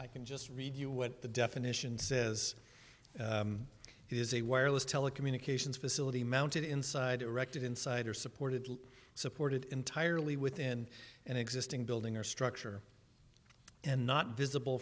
i can just read you what the definition says is a wireless telecommunications facility mounted inside erected inside or supported supported entirely within an existing building or structure and not visible